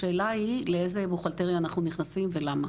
השאלה היא לאיזה בוכהלטריה אנחנו נכנסים ולמה.